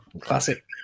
classic